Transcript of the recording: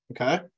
Okay